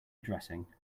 addressing